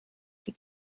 die